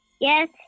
Yes